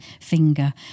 finger